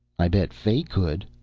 i bet fay could,